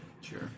Sure